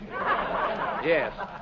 Yes